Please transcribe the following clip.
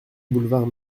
boulevard